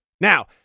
Now